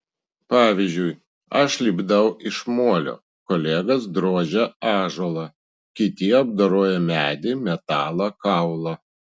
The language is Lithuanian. pavyzdžiui aš lipdau iš molio kolegos drožia ąžuolą kiti apdoroja medį metalą kaulą